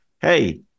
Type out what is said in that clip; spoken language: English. hey